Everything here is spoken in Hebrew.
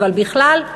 אבל בכלל,